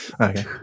Okay